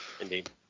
Indeed